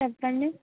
చెప్పండి